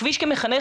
הכביש כמחנך,